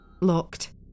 Locked